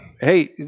Hey